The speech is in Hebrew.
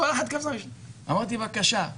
אמרתי: בבקשה,